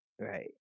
Right